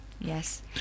yes